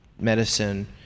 medicine